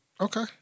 Okay